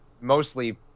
mostly